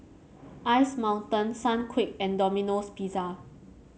Ice Mountain Sunquick and Domino Pizza